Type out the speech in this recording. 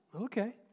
Okay